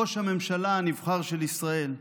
ראש הממשלה הנבחר של ישראל,